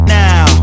now